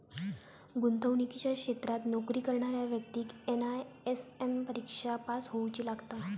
गुंतवणुकीच्या क्षेत्रात नोकरी करणाऱ्या व्यक्तिक एन.आय.एस.एम परिक्षा पास होउची लागता